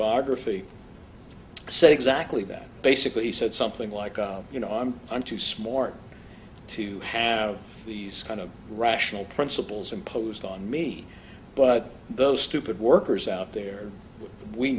biography said exactly that basically he said something like you know i'm i'm too smart to have these kind of rational principles imposed on me but those stupid workers out there we